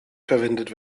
verwendet